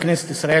בכנסת ישראל,